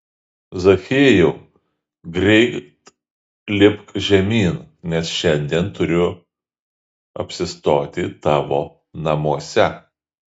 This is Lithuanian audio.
zachiejau greit lipk žemyn nes šiandien turiu apsistoti tavo namuose